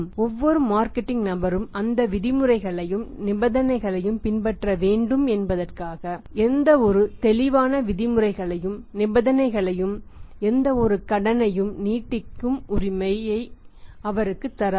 ஒவ்வொரு மார்க்கெட்டிங் நபரும் அந்த விதிமுறைகளையும் நிபந்தனைகளையும் பின்பற்ற வேண்டும் என்பதற்காக எந்தவொரு தெளிவான விதிமுறைகளையும் நிபந்தனைகளையும் எந்தவொரு கடனையும் நீட்டிக்க சொல்லும் உரிமையை அவருக்கு தராது